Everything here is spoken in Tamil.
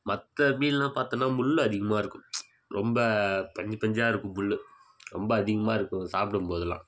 மற்ற மீனெலாம் பார்த்தோன்னா முள் அதிகமாக இருக்கும் ரொம்ப பஞ்சு பஞ்சாக இருக்கும் முள் ரொம்ப அதிகமாக இருக்கும் சாப்பிடும் போதெலாம்